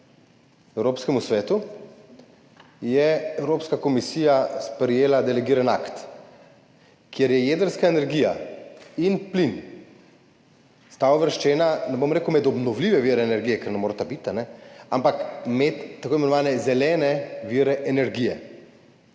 Evropskemu svetu je Evropska komisija sprejela delegiran akt, kjer sta jedrska energija in plin uvrščena, ne bom rekel med obnovljive vire energije, ker ne moreta biti, ampak med tako imenovane zelene vire energije.